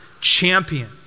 champion